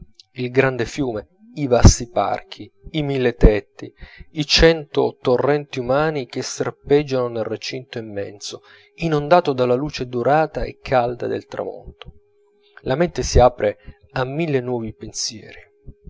il grande fiume i vasti parchi i mille tetti i cento torrenti umani che serpeggiano nel recinto immenso inondato dalla luce dorata e calda del tramonto la mente si apre a mille nuovi pensieri